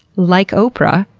like oprah,